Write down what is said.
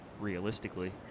realistically